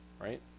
Right